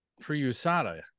pre-USADA